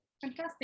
fantastic